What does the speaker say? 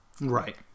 Right